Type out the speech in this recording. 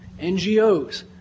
NGOs